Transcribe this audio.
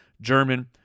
German